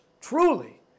truly